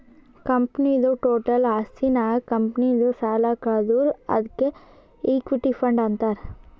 ಕಂಪನಿದು ಟೋಟಲ್ ಆಸ್ತಿ ನಾಗ್ ಕಂಪನಿದು ಸಾಲ ಕಳದುರ್ ಅದ್ಕೆ ಇಕ್ವಿಟಿ ಫಂಡ್ ಅಂತಾರ್